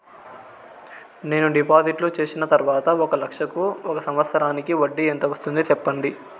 నేను డిపాజిట్లు చేసిన తర్వాత ఒక లక్ష కు ఒక సంవత్సరానికి వడ్డీ ఎంత వస్తుంది? సెప్పండి?